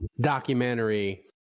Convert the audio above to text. documentary